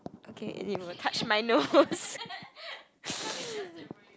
okay and it will touch my nose